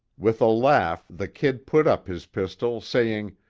with a laugh the kid put up his pistol, saying,